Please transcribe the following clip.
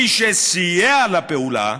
מי שסייע לפעולה,